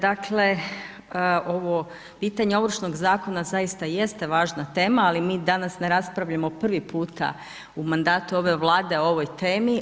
Dakle, ovo pitanje Ovršnog zakona zaista jeste važna tema, ali mi danas ne raspravljamo prvi puta u mandatu ove Vlade o ovoj temi.